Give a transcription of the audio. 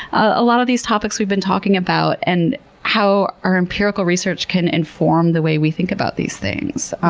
a lot of these topics we've been talking about and how our empirical research can inform the way we think about these things.